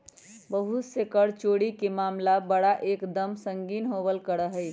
बहुत से कर चोरी के मामला बड़ा एक दम संगीन होवल करा हई